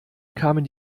kamen